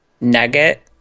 Nugget